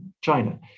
China